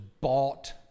bought